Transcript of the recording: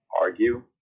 argue